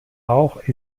auch